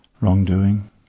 wrongdoing